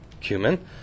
cumin